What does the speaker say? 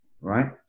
Right